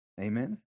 Amen